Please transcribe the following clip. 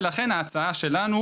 ולכן ההצעה שלנו,